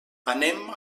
anem